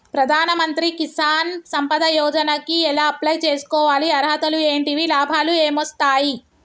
ప్రధాన మంత్రి కిసాన్ సంపద యోజన కి ఎలా అప్లయ్ చేసుకోవాలి? అర్హతలు ఏంటివి? లాభాలు ఏమొస్తాయి?